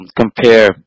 compare